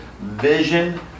vision